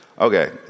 Okay